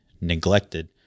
neglected